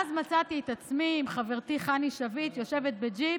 ואז מצאתי את עצמי עם חברתי חני שביט יושבת בג'יפ,